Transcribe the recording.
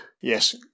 Yes